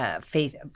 Faith